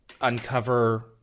uncover